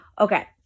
Okay